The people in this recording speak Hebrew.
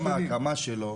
גם ההקמה שלו,